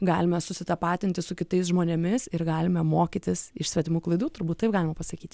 galime susitapatinti su kitais žmonėmis ir galime mokytis iš svetimų klaidų turbūt taip galima pasakyti